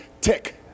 tick